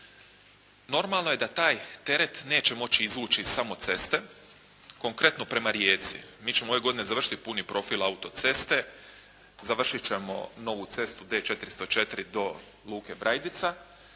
normalno je da taj teret neće moći izvući samo ceste konkretno prema Rijeci. Mi ćemo ove godine završiti puni profil autoceste, završit ćemo novu cestu D404 do Luke Brajdica,